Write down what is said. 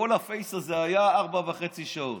כל הפייס הזה היה ארבע וחצי שעות.